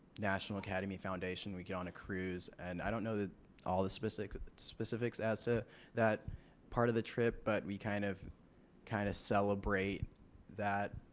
national academy foundation we get on a cruise and i don't know all the specifics specifics as to that part of the trip but we kind of kind of celebrate that